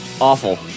awful